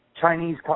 Chinese